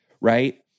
right